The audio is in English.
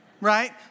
right